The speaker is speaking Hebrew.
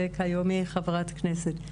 וכיום היא חברת כנסת.